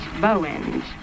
bowens